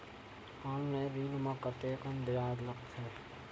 Online ऋण म कतेकन ब्याज लगथे?